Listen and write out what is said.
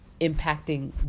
impacting